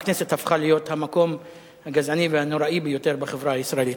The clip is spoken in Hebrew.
הכנסת הפכה להיות המקום הגזעני והנורא ביותר בחברה הישראלית.